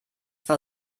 war